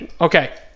Okay